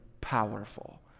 powerful